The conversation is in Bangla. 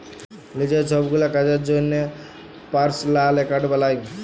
লিজের ছবগুলা কাজের জ্যনহে পার্সলাল একাউল্ট বালায়